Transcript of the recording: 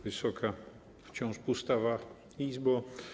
Wysoka - wciąż pustawa - Izbo!